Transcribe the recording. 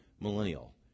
millennial